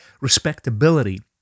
respectability